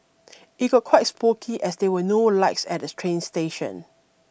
it got quite spooky as there were no lights at the train station